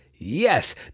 Yes